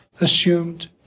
assumed